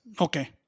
Okay